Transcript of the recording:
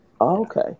Okay